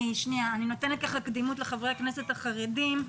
אני נותנת קדימות לחברי הכנסת החרדים.